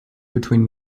between